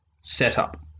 setup